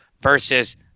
versus